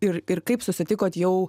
ir ir kaip susitikot jau